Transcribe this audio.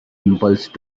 impulse